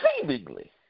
seemingly